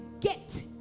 get